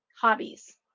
hobbies